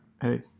hey